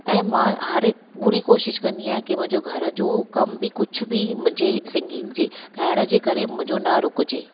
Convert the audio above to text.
ऐं मां हर हिकु पूरी कोशिश कंदी आहियां की मुंहिंजो घर जो कम बि कुझ बि मुंहिंजे सिंगिंग जे ॻाइण जे करे मुंहिंजो न रुकजे